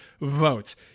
votes